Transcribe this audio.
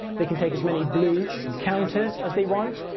they can take as many blue counters as they want,